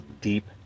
deep